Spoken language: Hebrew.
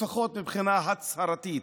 לפחות מבחינה הצהרתית.